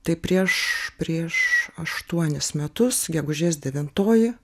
tai prieš prieš aštuonis metus gegužės devintoji